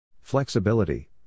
Flexibility